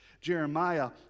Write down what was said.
Jeremiah